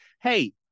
hey